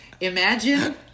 Imagine